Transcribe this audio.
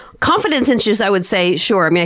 confidence issues, i would say. sure. um yeah